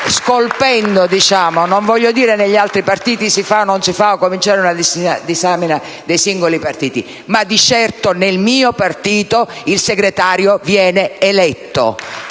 non voglio dire se negli altri partiti si fa o non si fa, o cominciare una disamina dei singoli partiti, ma di certo nel mio partito il segretario viene eletto!